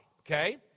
okay